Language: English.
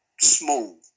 small